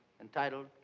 entitled